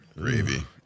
gravy